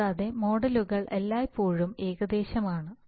കൂടാതെ മോഡലുകൾ എല്ലായ്പ്പോഴും ഏകദേശമാണ്